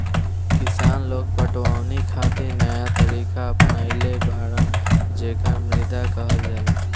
किसान लोग पटवनी खातिर नया तरीका अपनइले बाड़न जेकरा मद्दु कहल जाला